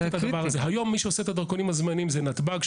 היום מי שעושה את הדרכונים הזמניים זה נתב"ג.